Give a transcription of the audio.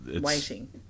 Waiting